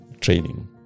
training